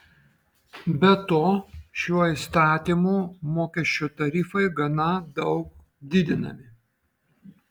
be to šiuo įstatymu mokesčio tarifai gana daug didinami